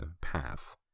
path